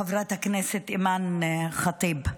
חברת הכנסת אימאן ח'טיב.